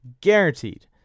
guaranteed